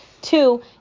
Two